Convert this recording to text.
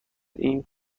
این